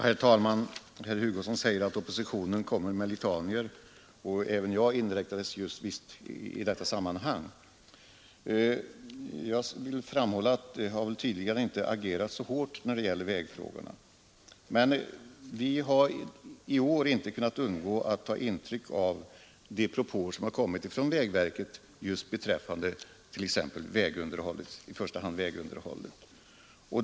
Herr talman! Herr Hugosson sade att oppositionen här kommer med litanior, och även jag inräknades visst i det sammanhanget. Ja, vi har tidigare inte agerat särskilt hårt i vägfrågorna, men i år har vi inte kunnat undgå att ta intryck av vägverkets propåer om i första hand vägunderhållet.